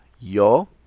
Yo